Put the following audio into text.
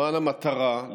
למען המטרה,